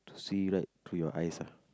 to see right through your eyes ah